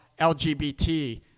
LGBT